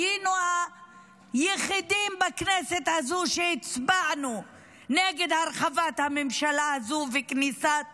היינו היחידים בכנסת הזאת שהצבענו נגד הרחבת הממשלה וכניסת